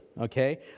okay